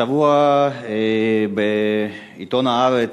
השבוע הייתה בעיתון "הארץ"